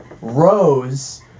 Rose